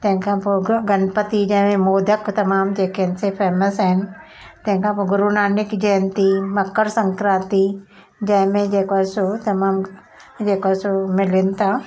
तंहिंखां पोइ ग गणपती जंहिमें मोदक तमामु जेके आहिनि से फेमस आहिनि तंहिंखां पोइ गुरुनानक जयंती मकर संक्रांति जंहिंमें जेको आहे सो तमामु जेको आहे सो मिलनि था